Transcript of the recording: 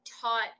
taught